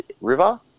river